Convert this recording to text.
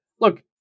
Look